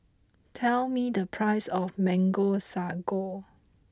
tell me the price of Mango Sago